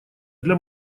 для